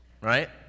Right